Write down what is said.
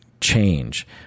change